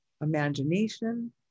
imagination